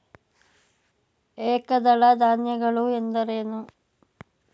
ಏಕದಳ ಧಾನ್ಯಗಳು ಎಂದರೇನು?